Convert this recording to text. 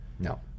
No